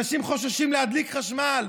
אנשים חוששים להדליק חשמל.